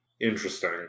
interesting